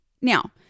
now